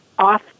off